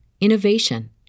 innovation